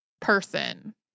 person